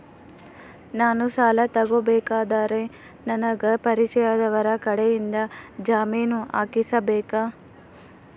ನಾನು ಸಾಲ ತಗೋಬೇಕಾದರೆ ನನಗ ಪರಿಚಯದವರ ಕಡೆಯಿಂದ ಜಾಮೇನು ಹಾಕಿಸಬೇಕಾ?